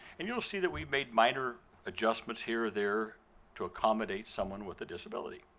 and you'll see that we made minor adjustments here or there to accommodate someone with a disability.